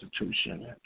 institution